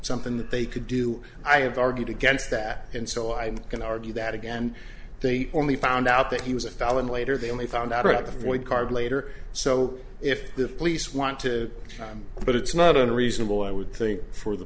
something that they could do i have argued against that and so i can argue that again they only found out that he was a felon later they only found out about the void card later so if the police want to time but it's not unreasonable i would think for the